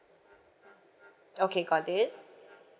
okay got it